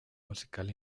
musical